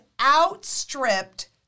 outstripped